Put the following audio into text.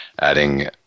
adding –